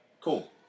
cool